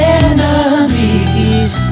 enemies